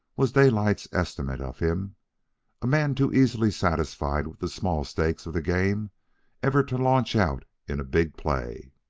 was daylight's estimate of him a man too easily satisfied with the small stakes of the game ever to launch out in big play.